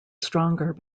stronger